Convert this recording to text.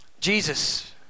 Jesus